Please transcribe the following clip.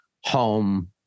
home